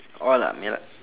all ah ya lah